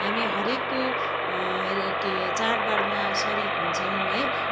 हामी हरेकको के चाड बाडमा सरिक हुन्छौँ है